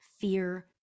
fear